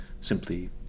simply